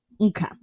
okay